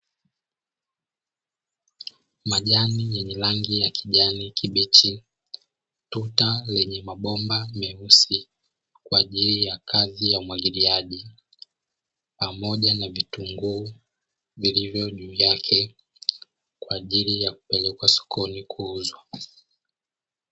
Majani yenye rangi ya kijani kibichi, tuta lenye mabomba meusi kwa ajili ya kazi ya umwagiliaji, pamoja na vitunguu vilivyo juu yake, kwa ajili ya kupelekwa sokoni kuuzwa.